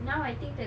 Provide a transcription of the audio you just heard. now I think the